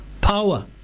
power